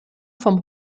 vom